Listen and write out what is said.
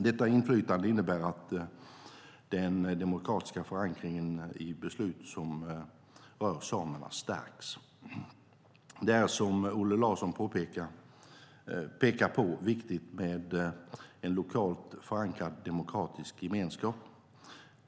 Detta inflytande innebär att den demokratiska förankringen i beslut som rör samerna stärks. Det är, som även Olle Larsson pekar på, viktigt med en lokalt förankrad demokratisk gemenskap.